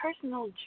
personal